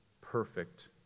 perfect